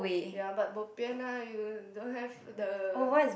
ya but bo bian lah you don't have the